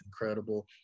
incredible